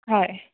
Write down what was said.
हय